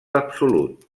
absolut